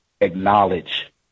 acknowledge